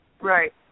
Right